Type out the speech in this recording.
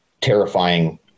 terrifying